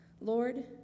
Lord